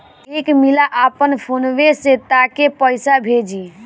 एक मिला आपन फोन्वे से तोके पइसा भेजी